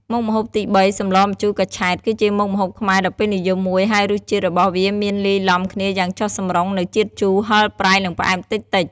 មុខម្ហូបទីបី សម្លម្ជូរកញ្ឆែត គឺជាមុខម្ហូបខ្មែរដ៏ពេញនិយមមួយ ហើយរសជាតិរបស់វាមានលាយឡំគ្នាយ៉ាងចុះសម្រុងនូវជាតិជូរ ហឹរ ប្រៃ និងផ្អែមតិចៗ។